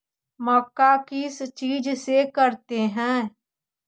मक्का किस चीज से करते हैं?